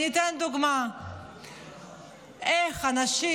אני אתן דוגמה לאיך אנשים,